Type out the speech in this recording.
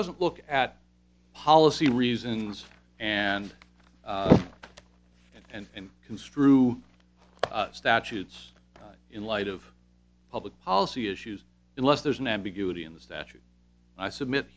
doesn't look at policy reasons and and construe statutes in light of public policy issues unless there's an ambiguity in the statute i submit